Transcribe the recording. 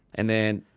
and, then,